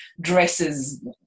dresses